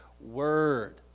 word